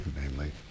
namely